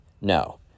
no